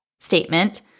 statement